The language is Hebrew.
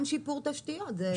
גם שיפור תשתיות.